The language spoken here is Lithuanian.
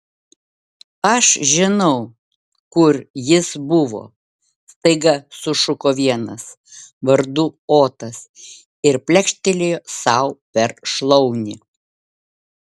aš žinau kur jis buvo staiga sušuko vienas vardu otas ir plekštelėjo sau per šlaunį